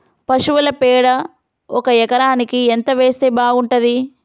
పశువుల పేడ ఒక ఎకరానికి ఎంత వేస్తే బాగుంటది?